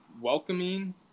Welcoming